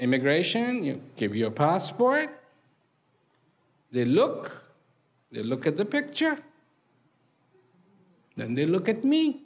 immigration you keep your passport they look they look at the picture then they look at me